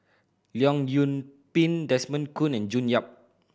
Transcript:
Leong Yoon Pin Desmond Kon and June Yap